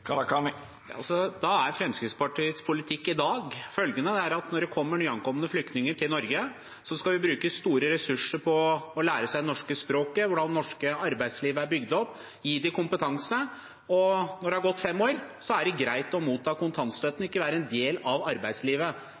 kan være en ordning som holder vedkommende utenfor arbeidslivet. Da er Fremskrittspartiets politikk i dag følgende: Når det kommer nyankomne flyktninger til Norge, skal vi bruke store ressurser på at de lærer seg det norske språket, hvordan det norske arbeidslivet er bygd opp, gi dem kompetanse, og når det er gått fem år, er det greit å motta kontantstøtten og ikke være en del av arbeidslivet,